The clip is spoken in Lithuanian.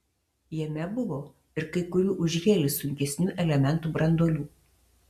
jame buvo ir kai kurių už helį sunkesnių elementų branduolių